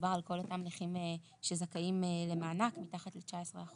מדובר על כל אותם נכים שזכאים למענק מתחת ל-19%.